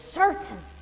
certain